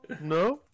no